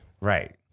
right